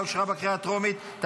התשפ"ה 2024,